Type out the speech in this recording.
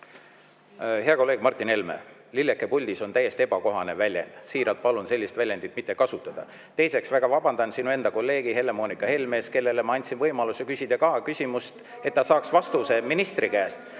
Hea kolleeg Martin Helme, "lilleke puldis" on täiesti ebakohane väljend. Siiralt palun sellist väljendit mitte kasutada. Teiseks, ma väga vabandan sinu enda kolleegi Helle-Moonika Helme ees, kellele ma andsin võimaluse kaasküsimus esitada, et ta ministri käest